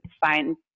find